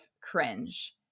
cringe